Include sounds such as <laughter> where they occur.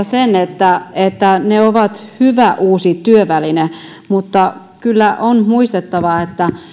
<unintelligible> sen että että se on hyvä uusi työväline mutta kyllä on muistettava että